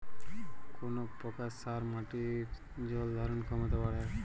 কোন প্রকার সার মাটির জল ধারণ ক্ষমতা বাড়ায়?